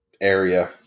area